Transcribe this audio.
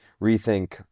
rethink